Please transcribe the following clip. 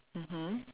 mmhmm